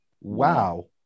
Wow